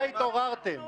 מה התעוררתם?